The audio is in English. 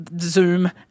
Zoom